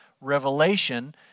Revelation